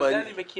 את זה אני מכיר,